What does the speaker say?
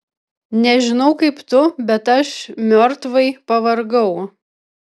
nežinau kaip tu bet aš miortvai pavargau